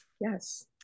Yes